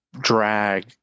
drag